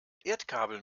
erdkabel